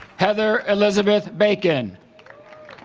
heather elizabeth bacon